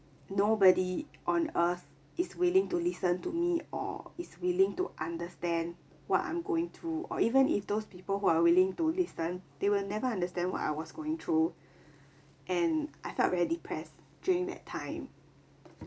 nobody on earth is willing to listen to me or is willing to understand what I'm going through or even if those people who are willing to listen they will never understand what I was going through and I felt very depressed during that time